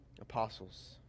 apostles